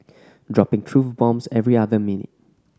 dropping truth bombs every other minute